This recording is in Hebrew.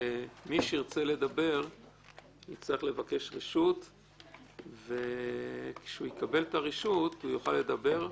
שמי שירצה לדבר יצטרך לבקש רשות וכשהוא יקבל את הרשות הוא יוכל לדבר.